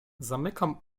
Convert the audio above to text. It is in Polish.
zamykam